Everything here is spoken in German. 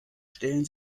stellen